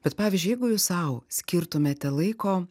bet pavyzdžiui jeigu jūs sau skirtumėte laiko